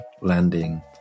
landing